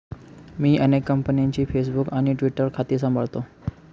मी अनेक कंपन्यांची फेसबुक आणि ट्विटर खाती सांभाळतो